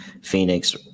Phoenix